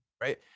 Right